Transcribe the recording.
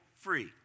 free